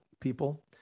people